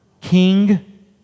King